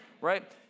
Right